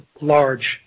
large